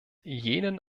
jenen